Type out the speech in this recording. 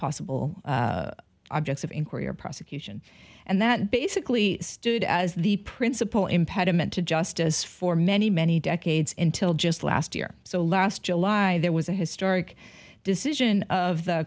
possible objects of inquiry or prosecution and that basically stood as the principle impediment to justice for many many decades in till just last year so last july there was a historic decision of the